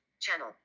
channel